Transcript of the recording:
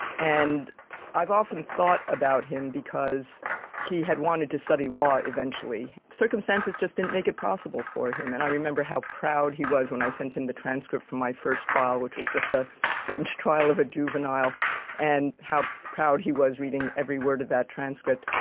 and i've often thought about him because he had wanted to study law eventually, circumstances just didn't make it possible for him. and i remember how proud he was when i sent him the transcript from my first trial, which was just a bench trial of a juvenile and how proud he was reading every word of that transcript.